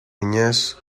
niñez